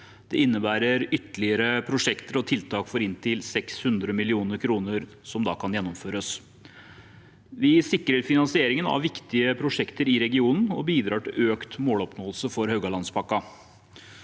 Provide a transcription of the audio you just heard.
innebærer at ytterligere prosjekter og tiltak for inntil 600 mill. kr kan gjennomføres. Vi sikrer finansieringen av viktige prosjekter i regionen og bidrar til økt måloppnåelse for Haugalandspakken.